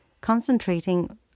concentrating